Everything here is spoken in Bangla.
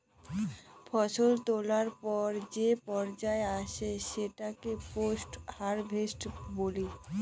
ফসল তোলার পর যে পর্যায় আসে সেটাকে পোস্ট হারভেস্ট বলি